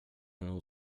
nog